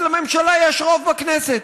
אז לממשלה יש רוב בכנסת.